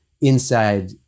inside